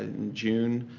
in june,